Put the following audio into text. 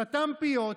סתם פיות.